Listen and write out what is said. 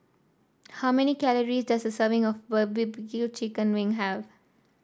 how many calories does a serving of chicken wing have